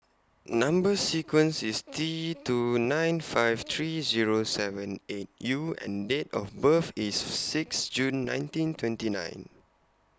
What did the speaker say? Number sequence IS T two nine five three Zero seven eight U and Date of birth IS six June nineteen twenty nine